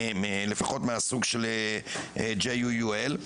לפחות מהסוג של JUUL,